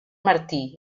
martí